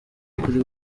kuri